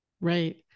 Right